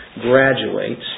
graduates